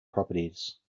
properties